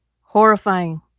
Horrifying